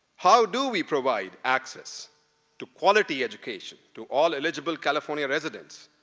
how do we provide access to quality education, to all eligible california residents,